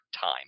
time